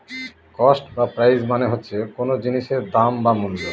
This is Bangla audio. কস্ট বা প্রাইস মানে হচ্ছে কোন জিনিসের দাম বা মূল্য